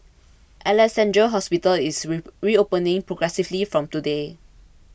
Alexandra Hospital is re reopening progressively from today